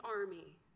army